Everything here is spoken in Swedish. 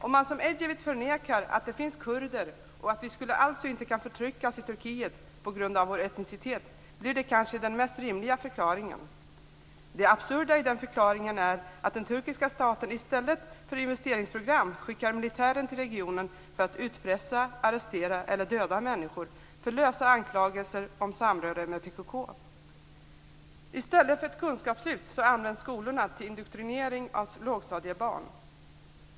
Om man som Ecevit förnekar att det finns kurder och att vi alltså inte kan förtryckas i Turkiet på grund av vår etnicitet blir det kanske den mest rimliga förklaringen. Det absurda i den förklaringen är att den turkiska staten i stället för investeringsprogram skickar militären till regionen för att utpressa, arrestera eller döda människor för lösa anklagelser om samröre med PKK. I stället för ett kunskapslyft används skolorna till indoktrinering av lågstadiebarn.